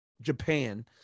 Japan